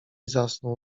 zasnął